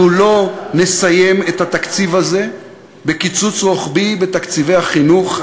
אנחנו לא נסיים את התקציב הזה בקיצוץ רוחבי בתקציבי החינוך,